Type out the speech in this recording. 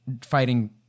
fighting